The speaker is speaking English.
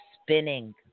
spinning